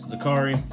Zakari